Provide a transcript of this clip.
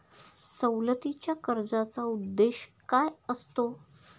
सवलतीच्या कर्जाचा उद्देश काय असतो?